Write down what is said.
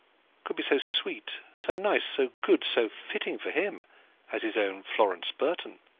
could be so sweet, so nice, so good, so fitting for him as his own florence burton?